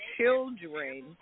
children